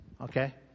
Okay